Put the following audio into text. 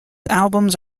albums